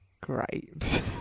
great